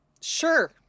Sure